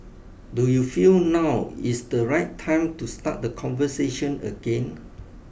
do you feel now is the right time to start the conversation again